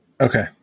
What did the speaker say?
Okay